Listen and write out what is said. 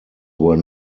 were